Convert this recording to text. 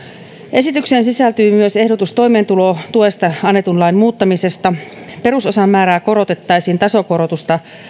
esitykseen sisältyy myös ehdotus toimeentulotuesta annetun lain muuttamisesta perusosan määrää korotettaisiin tasokorotusta